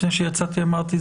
לפני שיצאתי אמרתי.